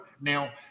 Now